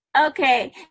Okay